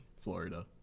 Florida